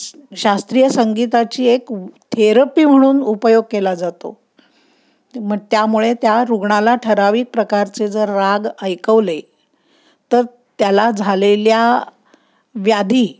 स शास्त्रीय संगीताची एक थेरपी म्हणून उपयोग केला जातो मग त्यामुळे त्या रुग्णाला ठराविक प्रकारचे जर राग ऐकवले तर त्याला झालेल्या व्याधी